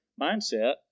mindset